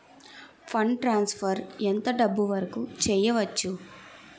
Fund transfer ఎంత డబ్బు వరుకు చేయవచ్చు?